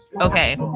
Okay